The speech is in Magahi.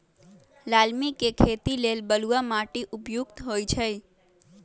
लालमि के खेती लेल बलुआ माटि उपयुक्त होइ छइ